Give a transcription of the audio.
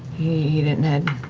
he didn't head